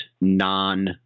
non